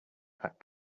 that